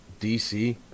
DC